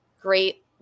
great